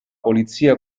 polizia